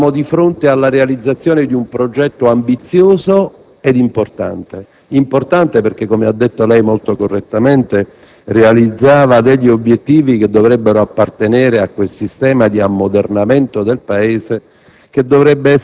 che ci trovavamo di fronte alla realizzazione di un progetto ambizioso ed importante. Era importante perché, come ha detto lei molto correttamente, realizzava degli obiettivi che dovrebbero appartenere a quel sistema di ammodernamento del Paese